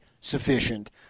sufficient